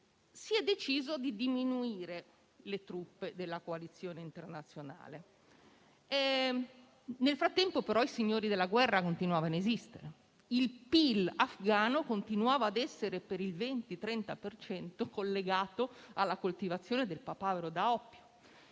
si è deciso di diminuire le truppe della coalizione internazionale. Nel frattempo, però, i signori della guerra continuavano a esistere, il PIL afghano continuava a essere per il 20-30 per cento collegato alla coltivazione del papavero da oppio